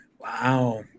Wow